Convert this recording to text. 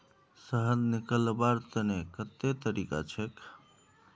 शहद निकलव्वार तने कत्ते तरीका छेक?